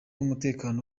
umutekano